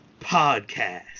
Podcast